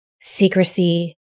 secrecy